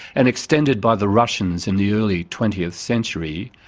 and extended by the russians in the early twentieth century,